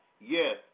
Yes